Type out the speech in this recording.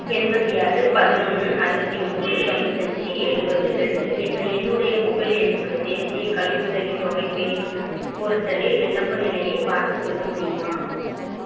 எண்பத்து ஆறு பதினொன்று அறுபத்தி ஒம்பது தொண்ணுாத்தைஞ்சி எழுபது ரெண்டு என்ற என்னுடைய மொபைல் எண்ணுக்கு தேசியக் கல்வியுதவித் தொகை பே போர்ட்டலில் விண்ணப்ப நிலையைப் பார்த்துச் சொல்ல முடியுமா